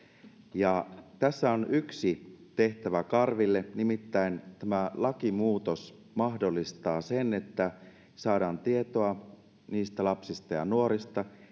ja tässä on yksi tehtävä karville nimittäin tämä lakimuutos mahdollistaa sen että saadaan tietoa niistä lapsista ja nuorista